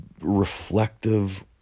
reflective